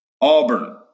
Auburn